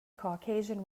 caucasian